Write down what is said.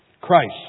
Christ